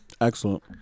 Excellent